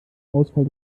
ausfall